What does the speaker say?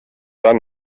dann